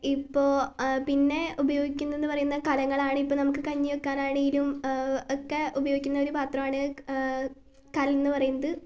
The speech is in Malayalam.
ഇപ്പോൾ പിന്നെ ഉപയോഗിക്കുന്നതെന്ന് പറയുന്ന കലങ്ങളാണ് ഇപ്പം നമുക്ക് കഞ്ഞി വയ്ക്കാനാണെങ്കിലും ഒക്കെ ഉപയോഗിക്കുന്ന ഒരു പാത്രമാണ് കലം എന്നു പറയുന്നത്